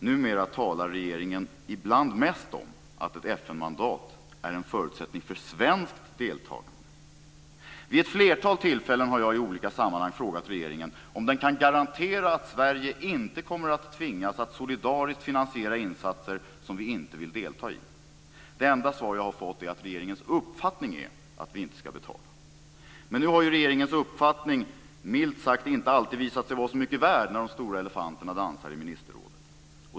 Numera talar regeringen också mest om att ett FN-mandat är en förutsättning för svenskt deltagande. Vid ett flertal tillfällen har jag i olika sammanhang frågat regeringen om den kan garantera att Sverige inte kommer att tvingas att solidariskt finansiera insatser som vi inte vill delta i. Det enda svar jag fått är att regeringens uppfattning är att vi inte ska betala. Men nu har ju regeringens uppfattning milt sagt inte alltid visat sig vara så mycket värd när de stora elefanterna dansar i ministerrådet.